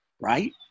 right